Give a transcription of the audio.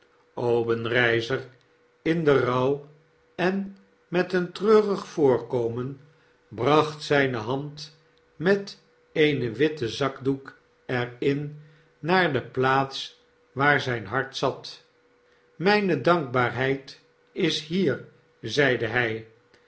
obenreizer in den rouw en met een treurig voorkomen bracht zjjne hand met eene witten zakdoek er in naar de plaats waar zyn hart zat mijne dankbaarheid is hier zeide hij